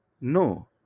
No